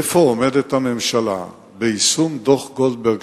איפה עומדת הממשלה ביישום דוח-גולדברג,